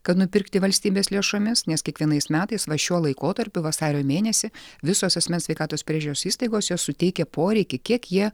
kad nupirkti valstybės lėšomis nes kiekvienais metais va šiuo laikotarpiu vasario mėnesį visos asmens sveikatos priežiūros įstaigos jos suteikia poreikį kiek jie